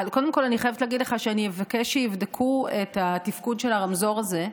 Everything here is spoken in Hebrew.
קודם כול אני חייבת להגיד לך שאני אבקש שיבדקו את התפקוד של הרמזור הזה,